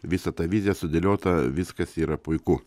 visa ta vizija sudėliota viskas yra puiku